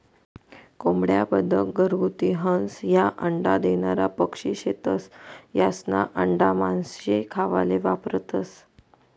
कोंबड्या, बदक, घरगुती हंस, ह्या अंडा देनारा पक्शी शेतस, यास्ना आंडा मानशे खावाले वापरतंस